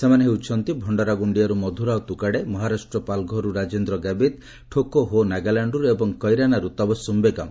ସେମାନେ ହେଉଛନ୍ତି ଭଣ୍ଡରାଗୋଣ୍ଡିଆରୁ ମଧୁରାଓ ତୁକାଡେ ମହାରାଷ୍ଟ୍ର ପାଲ୍ଘରରୁ ରାଜେନ୍ଦ୍ର ଗାବିତ୍ ଠୋକେ ହୋ ନାଗାଲାଣ୍ଡରୁ ଏବଂ କଇରାନାରୁ ତବସୁମ୍ ବେଗମ୍